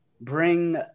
bring